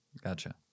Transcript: Gotcha